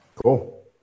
Cool